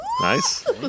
Nice